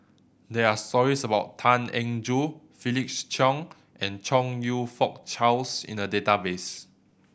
there are stories about Tan Eng Joo Felix Cheong and Chong You Fook Charles in the database